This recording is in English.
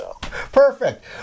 Perfect